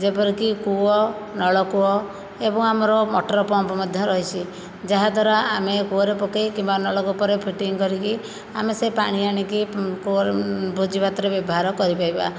ଯେପରିକି କୂଅ ନଳକୂଅ ଏବଂ ଆମର ମଟର ପମ୍ପ ମଧ୍ୟ ରହିଛି ଯାହାଦ୍ୱାରା ଆମେ କୂଅରେ ପକେଇ କିମ୍ବା ନଳକୂପରେ ଫିଟିଂ କରିକି ଆମେ ସେ ପାଣି ଆଣିକି ଭୋଜି ଭାତରେ ବ୍ୟବହାର କରିପାରିବା